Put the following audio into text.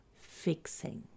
fixing